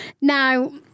Now